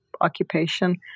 occupation